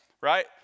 Right